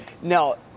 Now